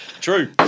True